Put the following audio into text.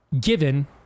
given